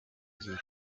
gihe